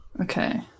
Okay